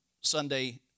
Sunday